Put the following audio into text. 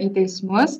į teismus